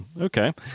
okay